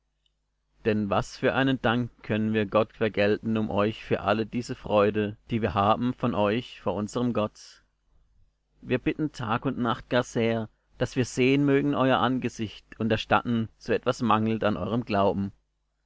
denn was für einen dank können wir gott vergelten um euch für alle diese freude die wir haben von euch vor unserm gott wir bitten tag und nacht gar sehr daß wir sehen mögen euer angesicht und erstatten so etwas mangelt an eurem glauben